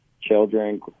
children